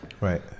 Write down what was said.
Right